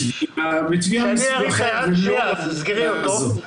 בתביעה מסוג אחר ולא במסגרת הזאת.